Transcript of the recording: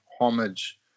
homage